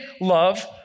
love